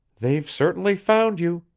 they've certainly found you,